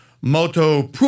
Moto